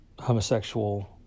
homosexual